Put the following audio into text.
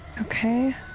Okay